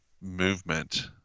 movement